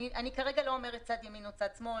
כרגע לא אומרת צד ימין או צד שמאל.